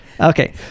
Okay